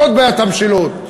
זו בעיית המשילות,